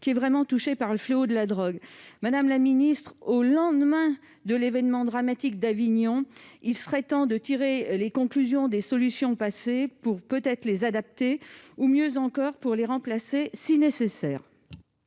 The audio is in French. qui est très touché par le fléau de la drogue. Madame la secrétaire d'État, au lendemain de l'événement dramatique d'Avignon, il est temps de tirer les conclusions des solutions passées et d'essayer de les adapter ou, mieux encore, de les remplacer si nécessaire.